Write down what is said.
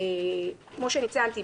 כמו שציינתי,